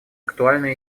актуально